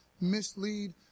mislead